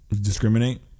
Discriminate